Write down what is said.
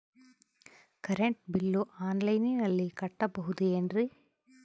Current bill ಆನ್ಲೈನಿನಲ್ಲಿ ಕಟ್ಟಬಹುದು ಏನ್ರಿ?